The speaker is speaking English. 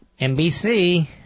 NBC